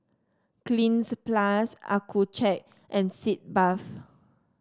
Cleanz Plus Accucheck and Sitz Bath